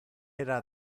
era